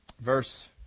verse